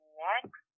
next